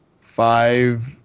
five